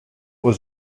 was